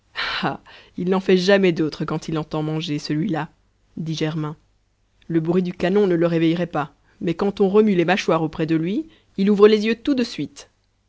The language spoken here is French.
il n'en fait jamais d'autre quand il entend manger celui-là dit germain le bruit du canon ne le réveillerait pas mais quand on remue les mâchoires auprès de lui il ouvre les yeux tout de suite